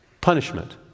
punishment